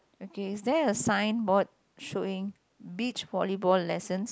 okay is there a signboard showing beach volleyball lessons